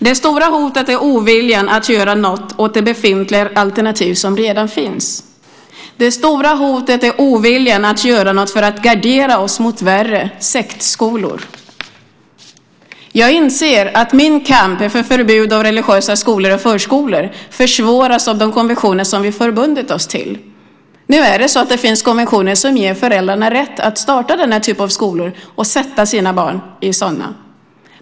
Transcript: Det stora hotet är oviljan att göra något åt de befintliga alternativ som redan finns. Det stora hotet är oviljan att göra något för att gardera oss mot värre sektskolor. Jag inser att min kamp för förbud mot religiösa skolor och förskolor försvåras av de konventioner som vi förbundit oss till. Det finns konventioner som ger föräldrarna rätt att starta den här typen av skolor och sätta sina barn i sådana.